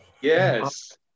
Yes